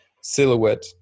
silhouette